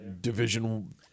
Division